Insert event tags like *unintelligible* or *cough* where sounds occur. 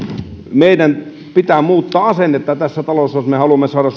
meidän pitää muuttaa asennetta tässä talossa jos me haluamme saada *unintelligible*